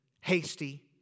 hasty